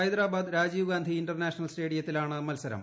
Hyderabad Rajiv Gandhi international സ്റ്റേഡിയത്തിലാണ് മത്സരം